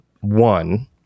one